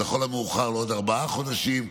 ולכל המאוחר בעוד ארבעה חודשים.